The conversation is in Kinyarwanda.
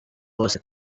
bose